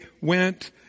went